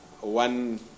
One